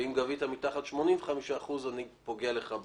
ואם גבית מתחת ל-85% אני פוגע בך.